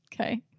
Okay